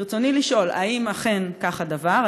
ברצוני לשאול: 1. האם אכן כך הדבר?